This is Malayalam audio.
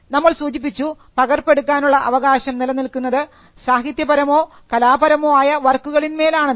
നമ്മൾ സൂചിപ്പിച്ചു പകർപ്പ് എടുക്കാനുള്ള അവകാശം നിലനിൽക്കുന്നത് സാഹിത്യപരമോ കലാപരമോ ആയ വർക്കുകളിന്മേൽ ആണെന്ന്